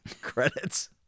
credits